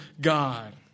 God